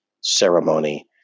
ceremony